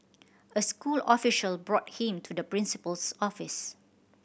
a school official brought him to the principal's office